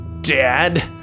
dad